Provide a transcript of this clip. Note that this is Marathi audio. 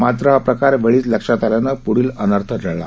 मात्र हा पकार वेळीच लक्षात आल्याने पुढील अनर्थ टळला